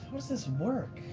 this this work?